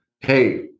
Hey